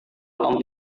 tom